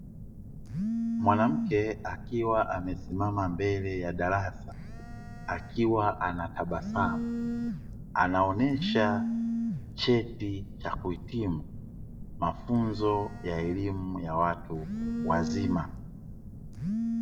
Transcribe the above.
Mwanamke akiwa amesimama mbele ya darasa akiwa anatabasamu, anaonesha cheti cha kuhitimu mafunzo ya elimu ya watu wazima.